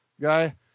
guy